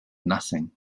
nothing